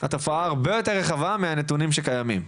התופעה הרבה יותר רחבה מהנתונים שקיימים.